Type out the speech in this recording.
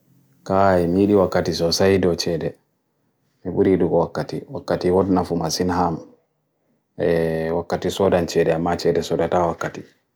kai, mili wakati sosaido chede, miburidu wakati, wakati odunafu masinham, wakati sodan chede, machede sodata wakati.